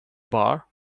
bar